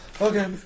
Okay